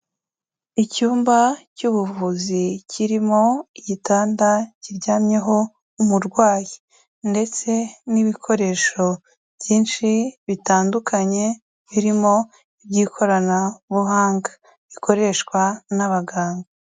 Icyumba cy'ubuvuzi kirimo igitanda kiryamyeho umurwayi ndetse n'ibikoresho byinshi bitandukanye, birimo iby'ikoranabuhanga, bikoreshwa n'abaganga.